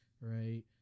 right